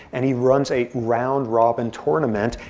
and he runs a round robin tournament.